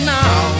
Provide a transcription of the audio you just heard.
now